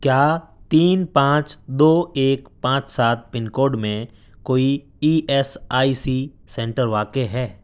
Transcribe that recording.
کیا تین پانچ دو ایک پانچ سات پن کوڈ میں کوئی E S I C centre واقع ہے